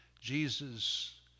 Jesus